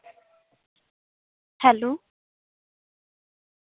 hello